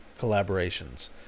collaborations